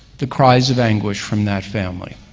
the cries of anguish from that family.